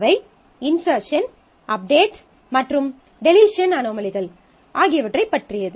அவை insertion update மற்றும் deletion அனோமலிகள் ஆகியவற்றைப் பற்றியது